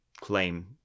claim